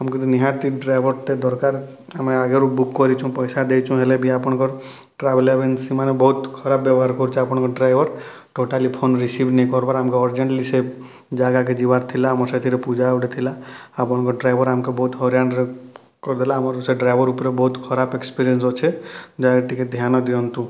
ଆମ୍କୁ କିନ୍ତୁ ନିହାତି ଡ୍ରାଇଭର୍ଟେ ଦରକାର୍ ଆମେ ଆଗ୍ରୁ ବୁକ୍ କରିଛୁଁ ପଇସା ଦେଇଛୁଁ ହେଲେ ବି ଆପଣଙ୍କର୍ ଟ୍ରାଭେଲ୍ ଏଜେନ୍ସି ମାନେ ବହୁତ୍ ଖରାପ୍ ବ୍ୟବହାର୍ କରୁଛେ ଆପଣ୍ଙ୍କର୍ ଡ୍ରାଇଭର୍ ଟୋଟାଲି ଫୋନ୍ ରିସିଭ୍ ନାଇ କର୍ବାର୍ ଆମ୍କେ ଅର୍ଜେଣ୍ଟ୍ଲି ସେ ଜାଗାକେ ଯିବାର୍ ଥିଲା ଆମର୍ ସେଠାନେ ପୂଜା ଗୁଟେ ଥିଲା ଆପଣଙ୍କର୍ ଡ୍ରାଇଭର୍ ଆମ୍କେ ବହୁତ୍ ହଇରାଣ୍ କରିଦେଲା ଆମର୍ ସେ ଡ୍ରାଇଭର୍ ଉପ୍ରେ ବହୁତ୍ ଖରାପ୍ ଏକ୍ସପିରିଏନ୍ସ ଅଛେ ଯେନ୍ଟାକି ଟିକେ ଧ୍ୟାନ୍ ଦିଅନ୍ତୁ